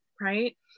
Right